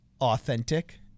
authentic